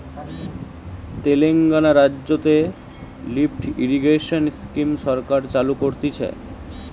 তেলেঙ্গানা রাজ্যতে lift irrigation scheme সরকার চালু করতিছে